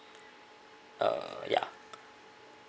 uh ya